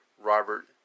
Robert